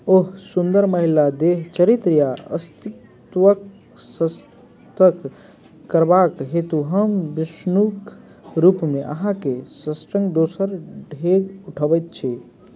ओह सुन्दर महिला देह चरित्र या अस्तित्वके सशक्त करबाके हेतु हम विष्णुके रूपमे अहाँके सङ्ग दोसर डेग उठबैत छी